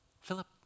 Philip